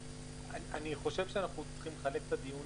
אני חושב שאנחנו צריכים לחלק את הדיון